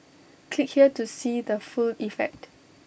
click here to see the full effect